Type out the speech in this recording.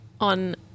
on